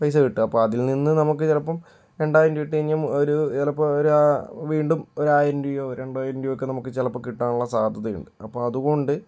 പൈസ കിട്ടുക അപ്പോൾ അതിൽ നിന്ന് നമുക്ക് ചിലപ്പം രണ്ടായിരം രൂപ ഇട്ടു കഴിഞ്ഞാൽ ചിലപ്പോൾ ഒരു വീണ്ടും ഒരു ആയിരം രൂപയോ രണ്ടായിരം രൂപയോ നമുക്ക് ചിലപ്പോൾ കിട്ടാനുള്ള സാധ്യതയുണ്ട് അപ്പോൾ അതുകൊണ്ട്